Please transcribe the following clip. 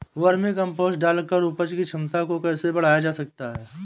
Vermi compost डालकर उपज की क्षमता को कैसे बढ़ाया जा सकता है?